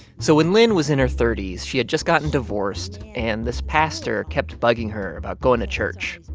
so when lyn was in her thirty s, she had just gotten divorced. and this pastor kept bugging her about going to church.